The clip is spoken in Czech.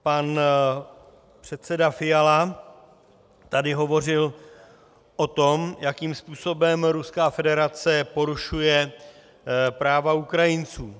Pan předseda Fiala tady hovořil o tom, jakým způsobem Ruská federace porušuje práva Ukrajinců.